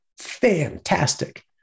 fantastic